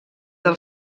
del